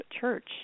church